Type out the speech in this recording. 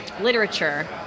literature